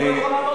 למה הוא לא